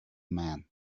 man